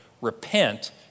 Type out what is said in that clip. Repent